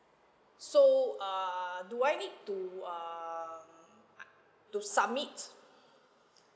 so err do I need to um to submit